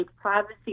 privacy